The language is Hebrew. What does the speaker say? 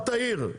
אל תעיר.